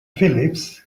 phillips